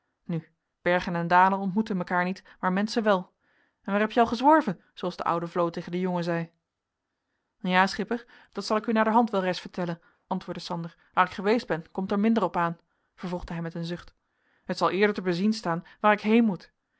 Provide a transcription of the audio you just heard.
nu bergen en dalen ontmoeten mekaar niet maar menschen wel en waar heb je al gezworven zooals de ouwe vloo tegen de jonge zei ja schipper dat zal ik u naderhand wel reis vertellen antwoordde sander waar ik geweest ben komt er minder op aan vervolgde hij met een zucht het zal eerder te bezien staan waar ik heen moet